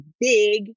big